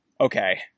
okay